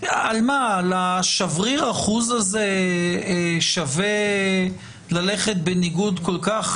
על השבריר אחוז הזה שווה ללכת בניגוד כל כך